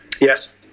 Yes